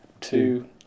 two